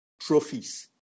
trophies